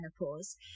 menopause